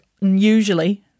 usually